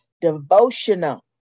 devotional